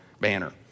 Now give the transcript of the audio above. banner